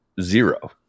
zero